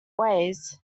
ways